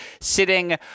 sitting